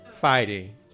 fighting